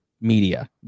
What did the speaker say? media